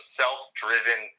self-driven